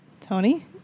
Tony